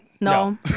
no